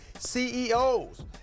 CEOs